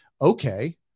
okay